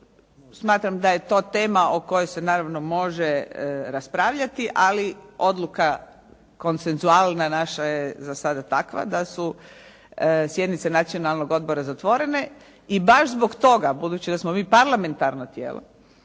Smatram da je to tema o kojoj se naravno može raspravljati ali odluka konceptualna naša je za sada takva da su sjednice Nacionalnog odbora zatvorene i baš zbog toga budući da smo mi parlamentarno tijelo,